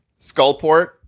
skullport